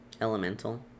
elemental